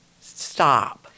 stop